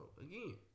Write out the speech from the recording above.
again